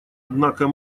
однако